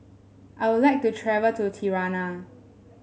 I would like to travel to Tirana